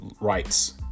rights